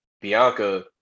bianca